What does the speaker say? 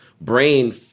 brain